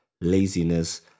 laziness